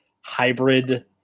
hybrid